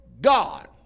God